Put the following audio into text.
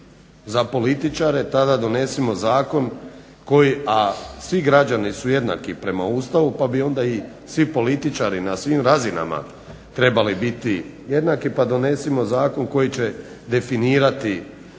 za političare tada donesimo zakon koji, a svi građani su jednaki prema Ustavu pa bi onda i svi političari na svim razinama trebali biti jednaki pa donesimo zakon koji će definirati